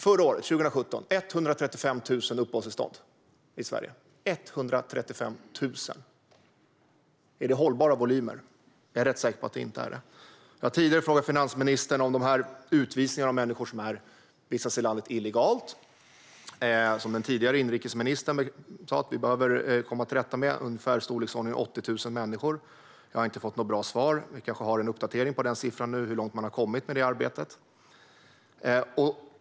Förra året, 2017, gavs det 135 000 uppehållstillstånd i Sverige. Är det hållbara volymer? Jag är rätt säker på att det inte är det. Jag har tidigare frågat finansministern om utvisningen av de människor som vistas i landet illegalt. Det är något som den tidigare inrikesministern sa att vi behöver komma till rätta med. Det är ungefär i storleksordningen 80 000 människor. Jag har inte fått något bra svar. Vi kanske har en uppdatering på den siffran nu med hur långt man har kommit i det arbetet.